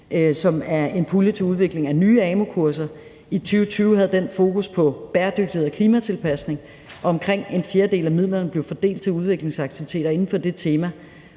som er en pulje til udvikling af nye amu-kurser. I 2020 havde den fokus på bæredygtighed og klimatilpasning, og omkring en fjerdedel af midlerne blev fordelt til udviklingsaktiviteter inden for det tema,